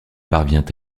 parvient